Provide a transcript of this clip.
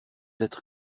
être